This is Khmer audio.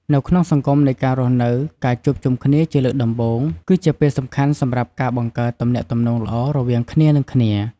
នៅក្នុងសង្គមនៃការរស់នៅ ការជួបជុំគ្នាជាលើកដំបូងគឺជាពេលសំខាន់សម្រាប់ការបង្កើតទំនាក់ទំនងល្អរវាងគ្នានិងគ្នា។